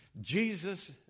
Jesus